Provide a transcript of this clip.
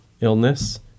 illness